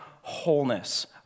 wholeness